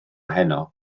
heno